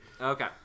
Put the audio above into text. Okay